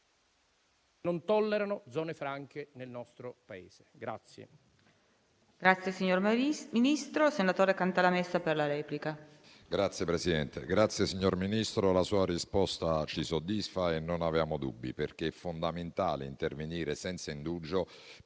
Non si tollerano zone franche nel nostro Paese.